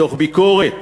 תוך ביקורת